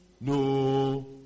no